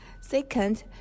Second